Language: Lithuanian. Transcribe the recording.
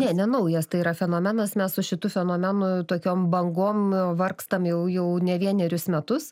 ne nenaujas tai yra fenomenas mes su šitu fenomenu tokiom bangom vargstam jau jau ne vienerius metus